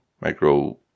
micro